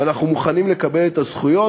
ואנחנו מוכנים לקבל את הזכויות,